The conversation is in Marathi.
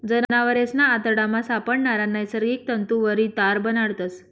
जनावरेसना आतडामा सापडणारा नैसर्गिक तंतुवरी तार बनाडतस